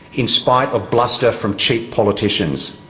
in spite of bluster from cheap politicians.